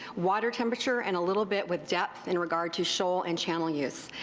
water temperature, and a little bit with depth in regard to shoal and channel use.